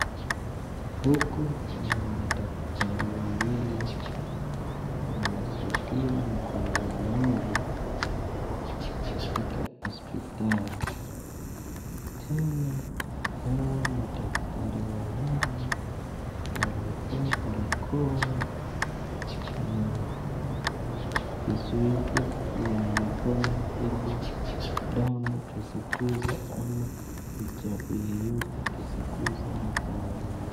Huku kuna madaktari wawili wanasaidia mgonjwa mmoja katika hospitali. Tena hawa madaktari wawili wamevaa barakoa na vizuizi ya mikono ili damu isiguze ama uchafu yoyote isguze mikononi mwao.